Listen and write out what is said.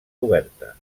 oberta